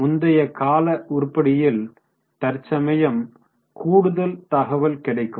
முந்தைய கால உருப்படியில் தற்சமயம் கூடுதல் தகவல் கிடைக்கும்